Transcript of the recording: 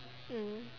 mm